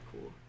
cool